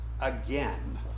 again